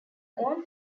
own